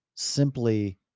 simply